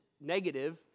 negative